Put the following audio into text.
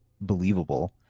believable